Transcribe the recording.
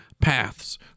paths